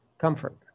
Comfort